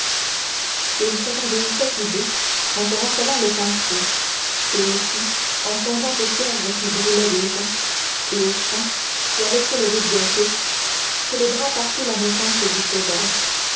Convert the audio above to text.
ils s'attendrissaient tous les deux en se rappelant le passé et aussi en songeant aux cierges qui brûlaient déjà et aux chants qui allaient s'élever bientôt célébrant partout la naissance du sauveur